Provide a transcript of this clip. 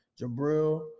Jabril